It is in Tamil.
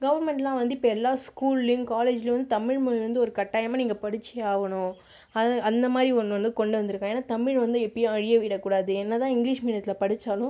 கவர்ன்மெண்டெல்லாம் வந்து இப்போ எல்லா ஸ்கூலுலேயும் காலேஜிலேயும் வந்து தமிழ் மொழி வந்து ஒரு கட்டாயமாக நீங்கள் படித்தே ஆகணும் அந்த மாதிரி ஒன்று வந்து கொண்டு வந்திருக்காங்க ஏன்னால் தமிழ் வந்து எப்பயும் அழிய விடக்கூடாது என்னதான் இங்கிலிஷ் மீடியத்தில் படித்தாலும்